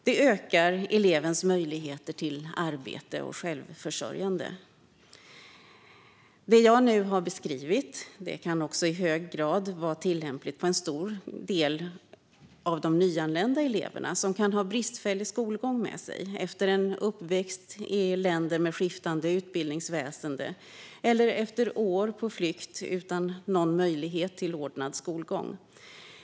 Det ökar elevens möjligheter till arbete och självförsörjande. Det jag nu har beskrivit kan i hög grad också vara tillämpligt på många nyanlända elever. De kan ha en bristfällig skolgång efter en uppväxt i länder med skiftande utbildningsväsen eller efter år på flykt utan någon möjlighet till ordnad skolgång.